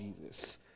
jesus